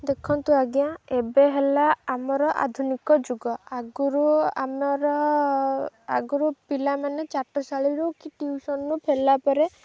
ଦେଖନ୍ତୁ ଆଜ୍ଞା ଏବେ ହେଲା ଆମର ଆଧୁନିକ ଯୁଗ ଆଗରୁ ଆମର ଆଗରୁ ପିଲାମାନେ ଚାଟଶାଳୀରୁ କି ଟିଉସନ୍ରୁ ଫେରିଲା ପରେ